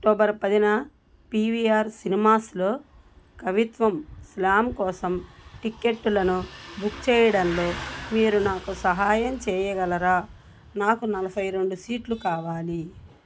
October పదిన PVR సినిమాస్లో కవిత్వం స్లామ్ కోసం టిక్కెటులను బుక్ చేయడంలో మీరు నాకు సహాయం చేయగలరా నాకు నలభై రెండు సీట్లు కావాలి